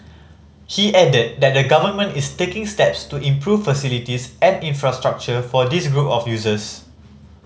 he added that the Government is taking steps to improve facilities and infrastructure for this group of users